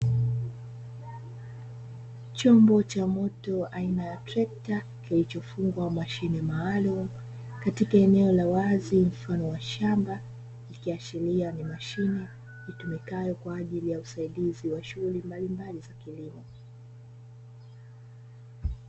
Chombo cha moto aina ya trekta, kilichofungwa mashine maalumu katika eneo la wazi mfano wa shamba, ikiashiria ni mashine itumikayo kwa ajili ya usaidizi wa shughuli mbalimbali za kilimo.